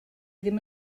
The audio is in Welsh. ddim